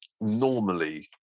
normally